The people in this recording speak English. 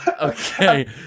Okay